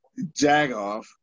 Jagoff